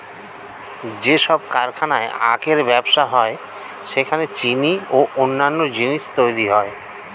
যেসব কারখানায় আখের ব্যবসা হয় সেখানে চিনি ও অন্যান্য জিনিস তৈরি হয়